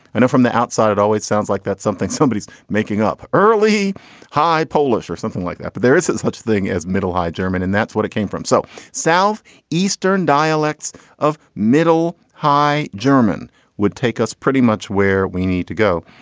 and from the outside it always sounds like that's something somebody's making up early high polish or something like that. but there is such thing as middle, high german and that's what it came from. so south eastern dialects of middle high german would take us pretty much where we need to go.